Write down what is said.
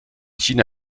china